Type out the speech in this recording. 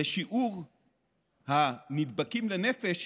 ושיעור הנדבקים לנפש